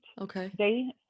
okay